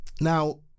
Now